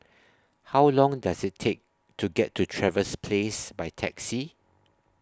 How Long Does IT Take to get to Trevose Place By Taxi